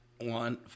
one